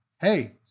hey